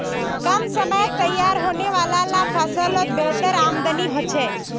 कम समयत तैयार होने वाला ला फस्लोत बेहतर आमदानी होछे